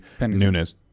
Nunez